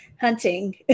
hunting